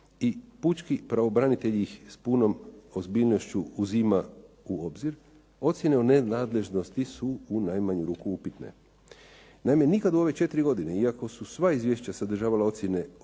i Pučki pravobranitelj ih s punom ozbiljnošću uzima u obzir, ocjene o nenadležnosti su u najmanju ruku upitne. Naime, nikad u ove 4 godine, iako su sva izvješća sadržavala ocjene